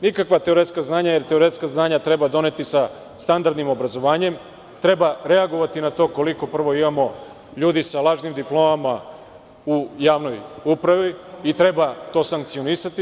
Nikakva teoretska znanja, jer teoretska znanja treba doneti sa standardnim obrazovanjem, treba reagovati na to koliko prvo imamo ljudi sa lažnim diplomama u javnoj upravi, i treba to sankcionisati.